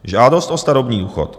Žádost o starobní důchod.